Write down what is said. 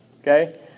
Okay